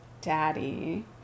daddy